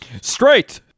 straight